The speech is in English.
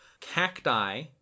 cacti